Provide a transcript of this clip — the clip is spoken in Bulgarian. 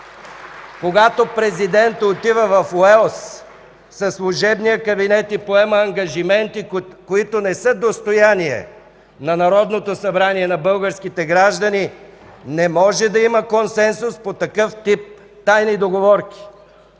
Когато президентът отива в Уелс със служебния кабинет и поема ангажименти, които не са достояние на Народното събрание, на българските граждани, не може да има консенсус по такъв тип тайни договорки!